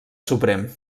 suprem